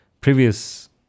previous